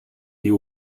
die